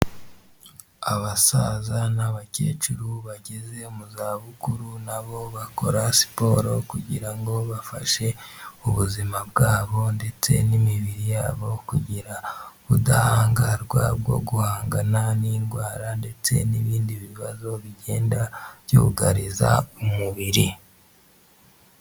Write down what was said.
Abasaza n'abakecuru bageze mu za bukuru, na bo bakora siporo kugira ngo bafashe ubuzima bwabo ndetse n'imibiri yabo kugira ubudahangarwa bwo guhangana n'indwara, ndetse n'ibindi bibazo bigenda byugariza umubiri.